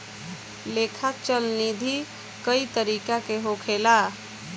लेखा चल निधी कई तरीका के होखेला